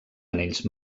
anells